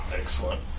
Excellent